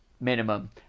minimum